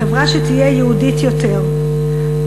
חברה שתהיה יהודית יותר,